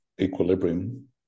equilibrium